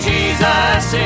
Jesus